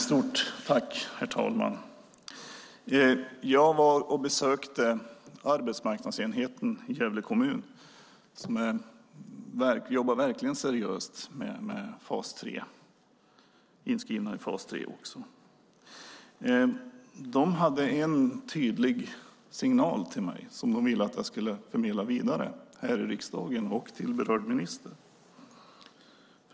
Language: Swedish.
Herr talman! Jag besökte arbetsmarknadsenheten i Gävle kommun, som verkligen jobbar seriöst med personer inskrivna i fas 3. De hade en tydlig signal som de ville att jag skulle förmedla vidare till riksdagen och till berörd minister.